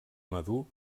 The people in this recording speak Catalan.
madur